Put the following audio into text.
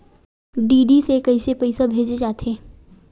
DD से कइसे पईसा भेजे जाथे?